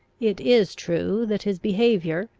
it is true that his behaviour,